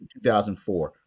2004